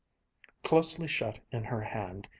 closely shut in her hand,